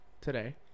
today